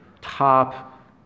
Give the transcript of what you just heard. top